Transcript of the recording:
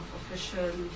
official